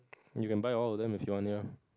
you can buy all of them if you want it lah